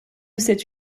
cette